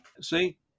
See